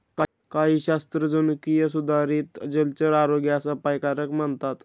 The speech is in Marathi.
काही शास्त्रज्ञ जनुकीय सुधारित जलचर आरोग्यास अपायकारक मानतात